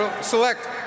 select